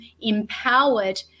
empowered